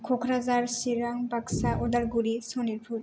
Kokrajhar Chirang Baksa Udalguri Sonitpur